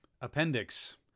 Appendix